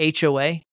HOA